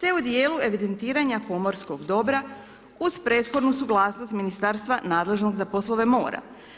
te u djelu evidentiranja pomorskog dobra uz prethodnu suglasnost ministarstva nadležnog za poslove mora.